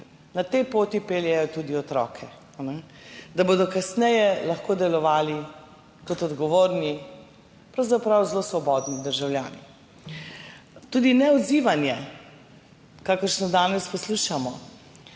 na tej poti peljejo tudi otroke, da bodo kasneje lahko delovali kot odgovorni, pravzaprav zelo svobodni državljani. Tudi neodzivanje, kakršno danes poslušamo,